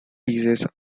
breezes